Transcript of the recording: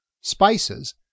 spices